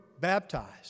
baptized